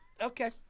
Okay